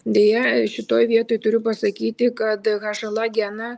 deja šitoj vietoj turiu pasakyti kad hla geną